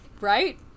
right